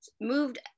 moved